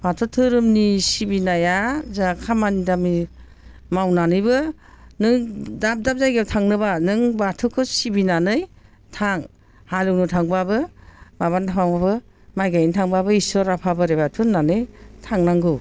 बाथौ धोरोमनि सिबिनाया जोंहा खामानि दामानि मावनानैबो नों दाब दाब जायगायाव थांनोबा नों बाथौखौ सिबिनानै थां हालेवनो थांबाबो माबानो थांबाबो माइ गायनो थांबाबो इसोर आफा बोराय बाथौ होन्नानै थांनांगौ